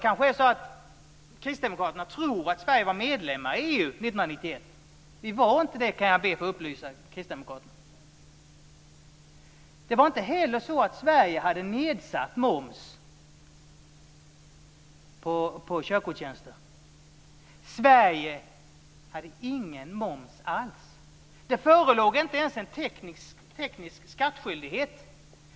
Kanske tror kristdemokraterna att Sverige var medlem i EU 1991. Jag vill upplysa kristdemokraterna om att vi inte var medlemmar 1991. Inte heller var det så att Sverige hade nedsatt moms på körkortstjänster. Sverige hade ingen moms alls! Det förelåg inte ens en teknisk skattskyldighet.